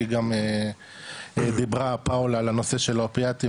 כי גם דיברה פאולה על הנושא של האופיאטים,